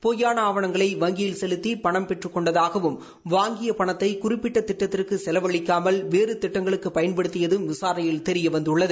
பொய்யான ஆவணங்களை வங்கியில் செலுத்தி பணம் பெற்றுக் கொண்டதாகவும் வாங்கிய பணத்தை குறிப்பிட்ட திட்டத்திற்கு செலவழிக்காமல் வேறு திட்டங்களுக்கு பயன்படுத்தியதும் விசாரணையில் தெரிய வந்துள்ளது